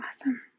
Awesome